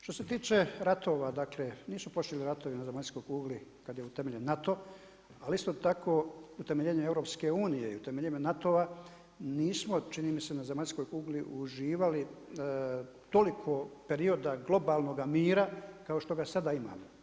Što se tiče ratova, dakle nisu počeli ratovi na zemaljskoj kugli kad je utemeljen NATO ali isto tako utemeljenje EU-a i utemeljenje NATO-a nisu čini mi se na zemaljskoj kugli uživali toliko perioda globalnoga mira kao što ga sada imamo.